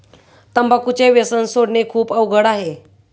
तंबाखूचे व्यसन सोडणे खूप अवघड आहे